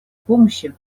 помощи